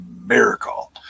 miracle